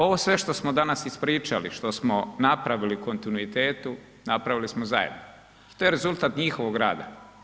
Ovo sve što smo danas ispričali, što smo napravili u kontinuitetu napravili smo zajedno, to je rezultat njihovog rada.